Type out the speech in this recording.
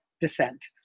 dissent